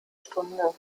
stunde